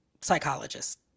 psychologist